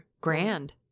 Grand